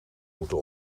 moeten